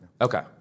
Okay